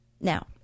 Now